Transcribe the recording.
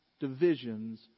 divisions